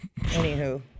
Anywho